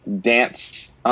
Dance